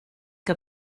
que